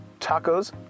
tacos